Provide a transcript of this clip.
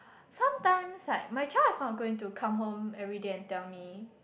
sometimes like my child is not going to come home everyday and tell me